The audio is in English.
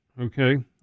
Okay